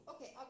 Okay